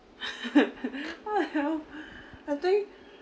what the hell I think